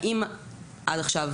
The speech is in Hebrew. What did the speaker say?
האם עכשיו,